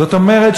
זאת אומרת,